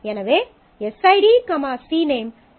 எனவே SID cname sname